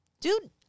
Dude